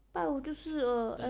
拜五就是 err ana~